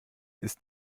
ist